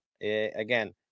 Again